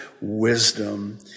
wisdom